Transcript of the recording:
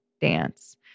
dance